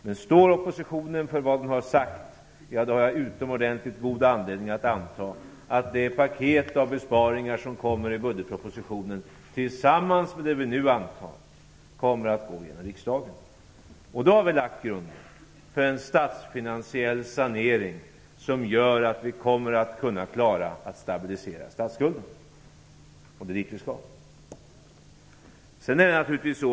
Men står oppositionen för vad den har sagt, då har jag utomordentligt god anledning att anta att det paket av besparingar som kommer i budgetpropositionen tillsammans med det vi nu antar kommer att gå igenom i riksdagen. Då har vi lagt grunden för en statsfinansiell sanering som gör att vi kommer att klara av att stabilisera statsskulden. Det är dit vi skall.